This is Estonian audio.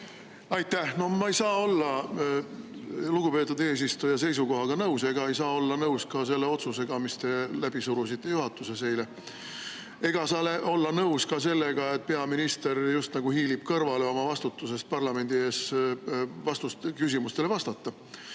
Aitäh! No ma ei saa olla lugupeetud eesistuja seisukohaga nõus ja ei saa olla nõus ka selle otsusega, mis te eile juhatuses läbi surusite. Ja ei saa olla nõus ka sellega, et peaminister just nagu hiilib kõrvale oma vastutusest parlamendi ees küsimustele vastata.